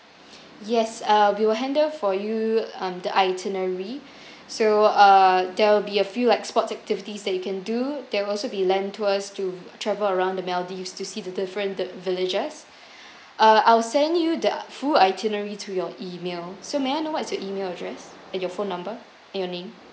yes uh we will handle for you um the itinerary so err there'll be a few like sports activities that you can do there will also be land tours to travel around the maldives to see the different the villages uh I'll send you the full itinerary to your email so may I know what is your email address and your phone number and your name